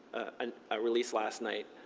and ah released last night.